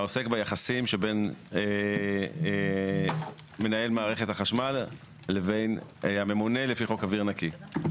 העוסק ביחסים שבין מנהל מערכת החשמל לבין הממונה לפי חוק אוויר נקי.